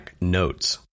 Notes